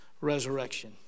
resurrection